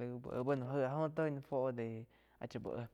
laig úh éh bueno jái áh oh toi na fuo de áh chá uh éh.